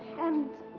and.